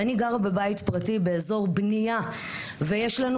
אני גרה בבית פרטי באזור בנייה ויש לנו